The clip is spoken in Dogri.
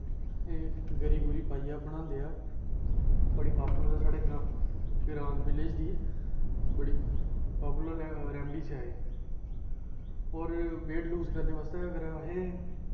ते गरी गुरी पाइयै बनांदे ऐ बड़ी पॉपुलर ऐ साढ़े ग्रांऽ ते रांग विलेज़ दी बड़ी पॉपुलर रैमडीस ऐ एह् और वेट लूज़ करने आस्तै असें